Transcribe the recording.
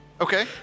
Okay